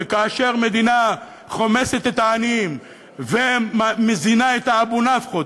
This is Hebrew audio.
וכאשר מדינה חומסת את העניים ומזינה את האבו-נפחות,